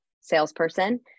salesperson